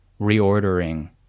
reordering